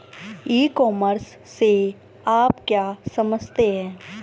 ई commerce से आप क्या समझते हैं?